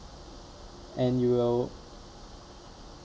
and you will